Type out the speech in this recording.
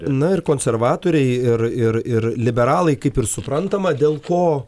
na ir konservatoriai ir ir ir liberalai kaip ir suprantama dėl ko